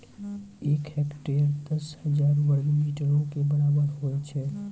एक हेक्टेयर, दस हजार वर्ग मीटरो के बराबर होय छै